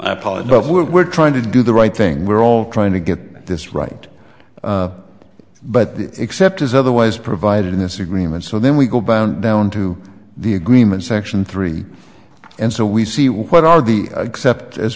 of where we're trying to do the right thing we're all trying to get this right but except as otherwise provided in this agreement so then we go beyond down to the agreement section three and so we see what are the except